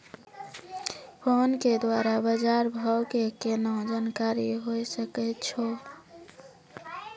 Phone के द्वारा बाज़ार भाव के केना जानकारी होय सकै छौ?